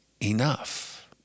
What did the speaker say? enough